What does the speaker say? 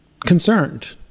concerned